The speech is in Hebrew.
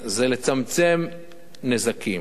זה לצמצם נזקים.